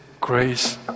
grace